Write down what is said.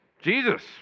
Jesus